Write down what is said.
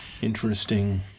Interesting